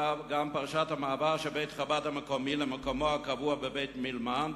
באה גם פרשת המעבר של בית-חב"ד המקומי למקומו הקבוע בבית-מילמן,